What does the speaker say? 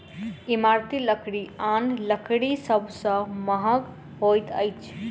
इमारती लकड़ी आन लकड़ी सभ सॅ महग होइत अछि